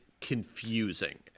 confusing